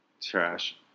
Trash